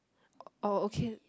oh okay